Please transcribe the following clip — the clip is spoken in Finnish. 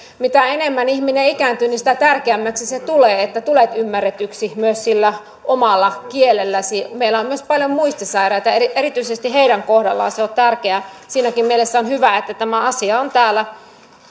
mitä enemmän ihminen ikääntyy sitä tärkeämmäksi tulee se että tulet ymmärretyksi myös sillä omalla kielelläsi meillä on myös paljon muistisairaita erityisesti heidän kohdallaan se on tärkeää siinäkin mielessä on hyvä että tämä asia on täällä